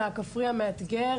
אלא הכפרי המאתגר.